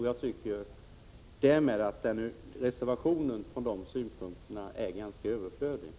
Jag tycker därmed att de synpunkter som framförts i reservationen är ganska överflödiga.